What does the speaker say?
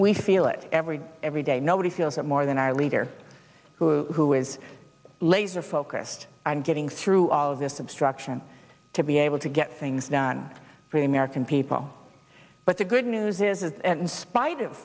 we feel it every day every day nobody feels it more than our leader who who is laser focused on getting through all of this obstruction to be able to get things done for the american people but the good news is and in spite of